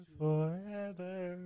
forever